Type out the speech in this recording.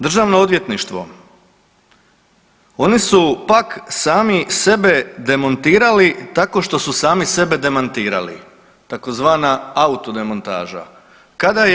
Državno odvjetništvo oni su pak sami sebe demontirali, tako što su sami sebe demantirali, tzv. auto demontaža.